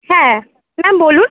হ্যাঁ ম্যাম বলুন